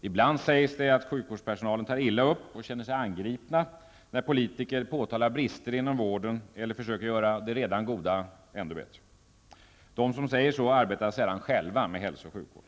Ibland sägs det att sjukvårdspersonalen tar illa upp och känner sig angripen, när politiker påtalar brister inom vården eller försöker göra det redan goda ännu bättre. De som uttrycker denna uppfattning arbetar sällan själva med hälso och sjukvård.